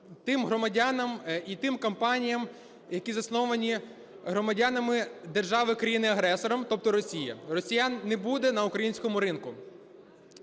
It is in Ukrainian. тим громадянам і тим компаніям, які засновані громадянами держави країни-агресора, тобто Росія. Росіян не буде на українському ринку.